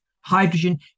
hydrogen